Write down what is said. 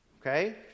okay